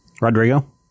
Rodrigo